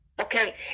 Okay